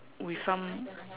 with some